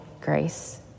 grace